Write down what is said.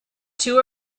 two